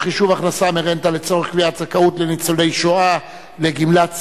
חישוב הכנסה מרנטה לצורך קביעת זכאות ניצולי השואה לגמלת סיעוד),